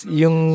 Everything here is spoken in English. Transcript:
yung